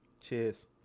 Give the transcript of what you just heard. Cheers